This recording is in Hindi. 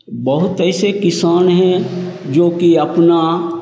बहुत ऐसे किसान हैं जो कि अपना